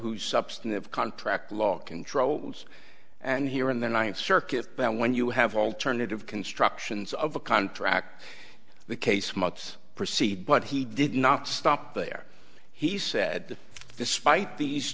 who's substantive contract law controls and here in the ninth circuit and when you have alternative constructions of a contract the case months proceed but he did not stop there he said despite these